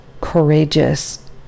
courageous